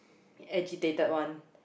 agitated one